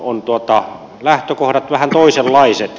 meillä ovat lähtökohdat vähän toisenlaiset